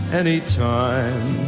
anytime